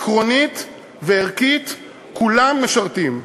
עקרונית וערכית כולם משרתים.